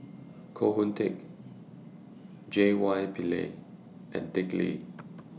Koh Hoon Teck J Y Pillay and Dick Lee